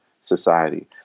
society